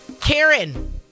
Karen